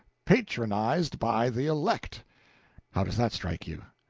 patronized by the elect how does that strike you?